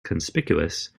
conspicuous